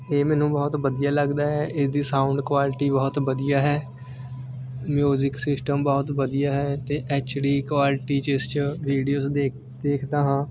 ਇਹ ਮੈਨੂੰ ਬਹੁਤ ਵਧੀਆ ਲੱਗਦਾ ਹੈ ਇਸਦੀ ਸਾਊਂਡ ਕੁਆਲਿਟੀ ਬਹੁਤ ਵਧੀਆ ਹੈ ਮਿਊਜ਼ਿਕ ਸਿਸਟਮ ਬਹੁਤ ਵਧੀਆ ਹੈ ਅਤੇ ਐੱਚ ਡੀ ਕੁਆਲਿਟੀ ਜਿਸ 'ਚ ਰੇਡੀਓਜ਼ ਦੇਖ ਦੇਖਦਾ ਹਾਂ